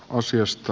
osiosta